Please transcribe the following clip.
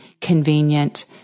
convenient